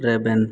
ᱨᱮᱵᱮᱱ